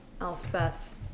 elspeth